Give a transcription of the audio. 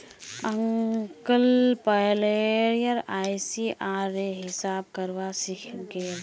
uncle player आईसीआर रे हिसाब करवा सीखे गेल